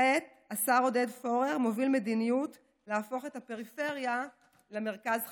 כעת השר עודד פורר מוביל מדיניות להפוך את הפריפריה למרכז חדש.